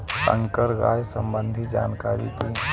संकर गाय संबंधी जानकारी दी?